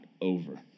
over